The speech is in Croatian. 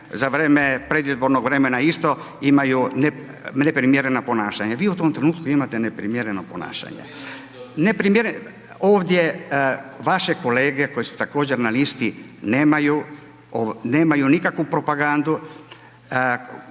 za vrijeme, predizbornog vremena isto imaju neprimjerena ponašanja. Vi u tom trenutku imate neprimjereno ponašanje. Ovdje vaše kolege koji su također na listi, nemaju nikakvu propagandu,